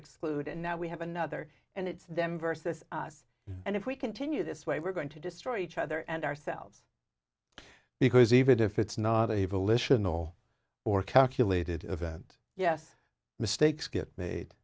exclude and now we have another and it's them versus us and if we continue this way we're going to destroy each other and ourselves because even if it's not a volitional or calculated event yes mistakes get made